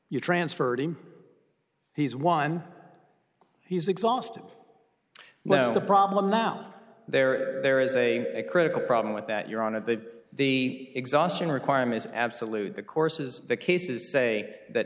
you transferred him he's won he's exhausted well the problem out there there is a critical problem with that you're on to the exhaustion requirements absolute the courses the cases say that